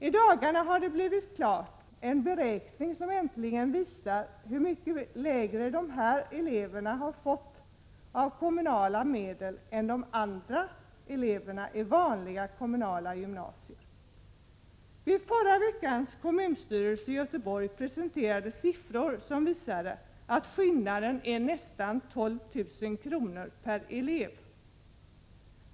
I dagarna har en beräkning blivit klar som visar hur mycket mindre dessa elever fått av kommunala medel än eleverna i vanliga kommunala gymnasier. Vid förra veckans kommunstyrelsemöte i Göteborg presenterades siffror som visade att skillnaden är nästan 12 000 kr. per elev.